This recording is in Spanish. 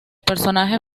personaje